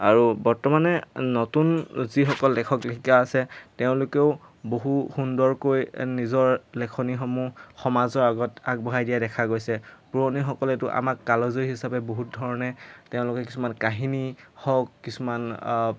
আৰু বৰ্তমানে নতুন যিসকল লেখক লেখিকা আছে তেওঁলোকেও বহু সুন্দৰকৈ নিজৰ লেখনিসমূহ সমাজৰ আগত আগবঢ়াই দিয়া দেখা গৈছে পুৰণিসকলেতো আমাক কালজয়ী হিচাপে বহুত ধৰণে তেওঁলোকে কিছুমান কাহিনী হওক কিছুমান